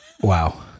Wow